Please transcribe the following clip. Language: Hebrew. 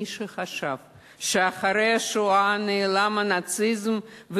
מי שחשב שאחרי השואה נעלם הנאציזם,